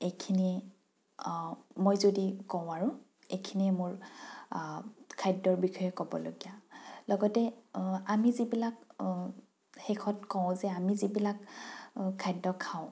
এইখিনিয়ে মই যদি কওঁ আৰু এইখিনিয়ে মোৰ খাদ্যৰ বিষয়ে ক'বলগীয়া লগতে আমি যিবিলাক শেষত কওঁ যে আমি যিবিলাক খাদ্য খাওঁ